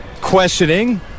questioning